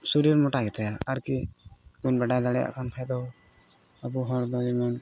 ᱥᱚᱨᱤᱨ ᱢᱚᱴᱟ ᱜᱮᱛᱟᱭᱟ ᱟᱨ ᱠᱤ ᱵᱚᱱ ᱵᱟᱰᱟᱭ ᱫᱟᱲᱮᱭᱟᱜ ᱠᱟᱱ ᱠᱷᱟᱱ ᱫᱚ ᱟᱵᱚ ᱦᱚᱲ ᱫᱚ ᱡᱮᱢᱚᱱ